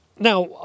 Now